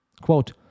Quote